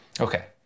Okay